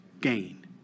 gain